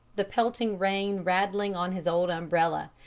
the pelting rain rattling on his old umbrella,